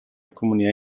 comunidad